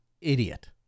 idiot